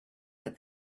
that